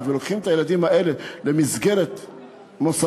ולוקחים את הילדים האלה למסגרת מוסדית,